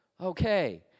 Okay